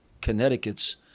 Connecticut's